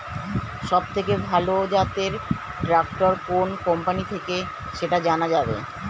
সবথেকে ভালো জাতের ট্রাক্টর কোন কোম্পানি থেকে সেটা জানা যাবে?